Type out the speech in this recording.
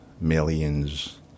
millions